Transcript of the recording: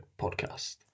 podcast